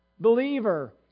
Believer